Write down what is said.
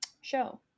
show